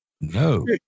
No